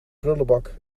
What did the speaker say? prullenbak